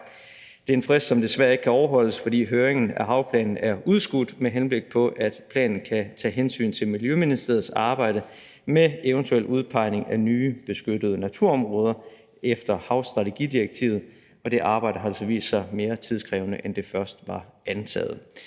Det er en frist, som desværre ikke kan overholdes, fordi høringen af havplanen er udskudt, med henblik på at planen kan tage hensyn til Miljøministeriets arbejde med eventuel udpegning af nye beskyttede naturområder efter havstrategidirektivet, og det arbejde har altså vist sig mere tidskrævende, end det først var antaget.